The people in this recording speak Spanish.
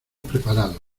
preparados